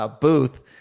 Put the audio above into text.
booth